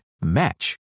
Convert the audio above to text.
match